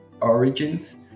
origins